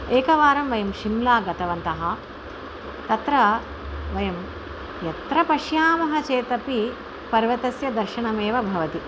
एकवारं वयं शिम्ला गतवन्तः तत्र वयं यत्र पश्यामः चेदपि पर्वतस्य दर्शनमेव भवति